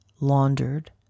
laundered